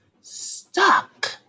stuck